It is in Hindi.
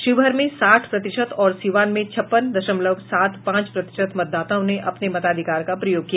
शिवहर में साठ प्रतिशत और सीवान में छप्पन दशमलव सात पांच प्रतिशत मतदाताओं ने अपने मताधिकार का प्रयोग किया